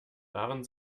waren